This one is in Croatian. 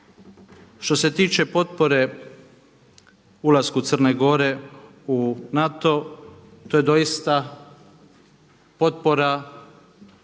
Što se tiče potpore ulasku Crne Gore u NATO to je doista potpora